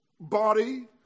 body